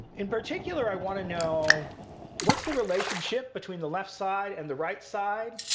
in particular, i want to know what's the relationship between the left side and the right side.